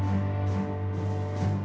and